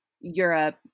Europe